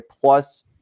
plus